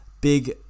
big